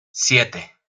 siete